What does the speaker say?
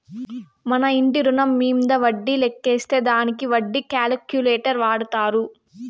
మన ఇంటి రుణం మీంద వడ్డీ లెక్కేసే దానికి వడ్డీ క్యాలిక్యులేటర్ వాడతారు